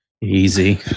Easy